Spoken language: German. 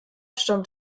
stammt